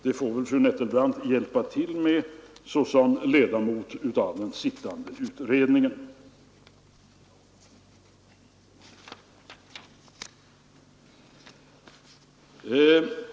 Fru Nettelbrandt får väl hjälpa till som ledamot av den sittande utredningen.